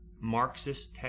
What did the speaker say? Marxist